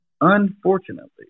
unfortunately